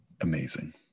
amazing